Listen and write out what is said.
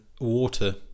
water